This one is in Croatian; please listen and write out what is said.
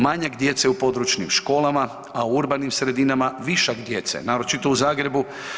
Manjak djece u područnim školama, a u urbanim sredinama višak djece naročito u Zagrebu.